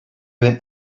went